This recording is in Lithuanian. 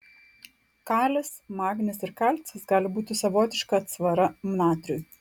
kalis magnis ir kalcis gali būti savotiška atsvara natriui